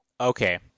Okay